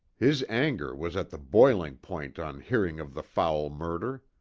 his anger was at the boiling point on hearing of the foul murder.